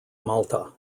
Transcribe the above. malta